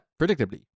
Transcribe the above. predictably